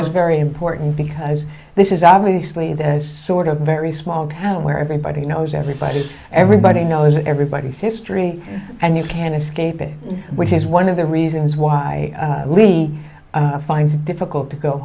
was very important because this is obviously this sort of very small town where everybody knows everybody everybody knows everybody's history and you can't escape it which is one of the reasons why we find it difficult to go